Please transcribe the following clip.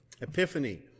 Epiphany